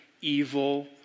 evil